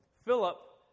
Philip